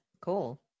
Cool